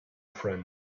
friend